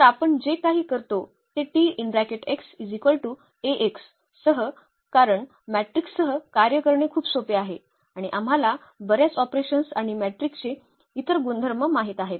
तर आपण जे काही करतो ते सह कारण मॅट्रिक्ससह कार्य करणे खूप सोपे आहे आणि आम्हाला बर्याच ऑपरेशन्स आणि मॅट्रिकचे इतर गुणधर्म माहित आहेत